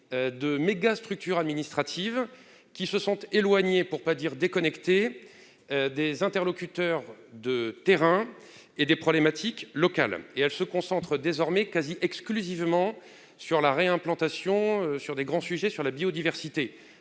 des mégastructures administratives, qui se sont éloignées, pour ne pas dire déconnectées, des interlocuteurs de terrain et des problématiques locales. Elles se concentrent désormais quasi exclusivement sur la réimplantation de la biodiversité.